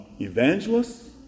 evangelists